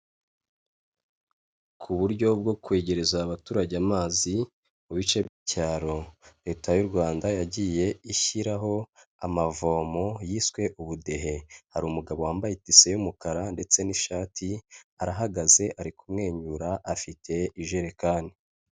Ku buryo bwo kwegereza abaturage amazi mu bice by'icyaro, Leta y'u Rwanda yagiye ishyiraho amavomo yiswe ubudehe, hari umugabo wambaye itise y'umukara ndetse n'ishati arahagaze ari kumwenyura afite ijerekani.